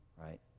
right